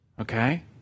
Okay